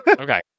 okay